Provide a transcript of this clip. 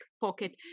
pocket